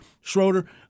Schroeder